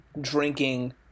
drinking